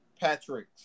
Patrick